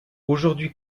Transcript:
aujourd’hui